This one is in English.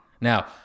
now